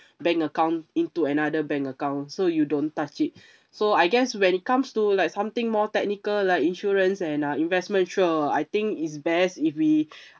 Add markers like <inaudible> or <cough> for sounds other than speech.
bank account into another bank account so you don't touch it <breath> so I guess when it comes to like something more technical like insurance and uh investment sure I think is best if we <breath>